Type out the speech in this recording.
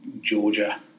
Georgia